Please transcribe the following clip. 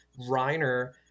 Reiner